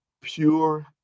Pure